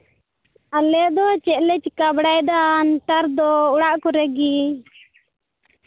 ᱟᱞᱮ ᱫᱚ ᱪᱮᱫ ᱞᱮ ᱪᱤᱠᱟᱹ ᱵᱟᱲᱟᱭᱫᱟ ᱱᱮᱛᱟᱨ ᱫᱚ ᱚᱲᱟᱜ ᱠᱚᱨᱮ ᱜᱮ